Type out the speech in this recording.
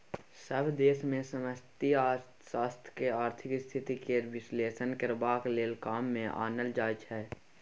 सभ देश मे समष्टि अर्थशास्त्र केँ आर्थिक स्थिति केर बिश्लेषण करबाक लेल काम मे आनल जाइ छै